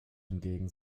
hingegen